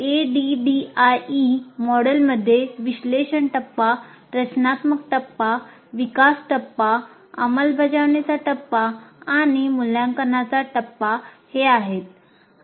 ADDIE मॉडेलमध्ये विश्लेषण टप्पा हे आहेत